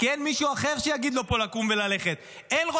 כי אין מישהו אחר פה שיגיד לו לקום וללכת.